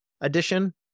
edition